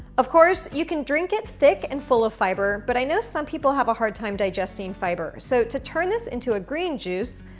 of course you can drink it thick and full of fiber but i know some people have a hard time digesting fiber so to turn this into a green juice,